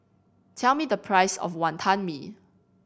tell me the price of Wantan Mee